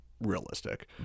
realistic